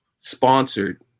sponsored